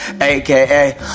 aka